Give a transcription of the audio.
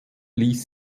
ließ